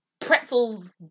pretzels